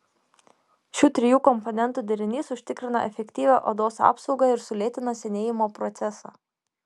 šių trijų komponentų derinys užtikrina efektyvią odos apsaugą ir sulėtina senėjimo procesą